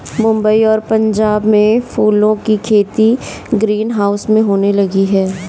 मुंबई और पंजाब में फूलों की खेती ग्रीन हाउस में होने लगी है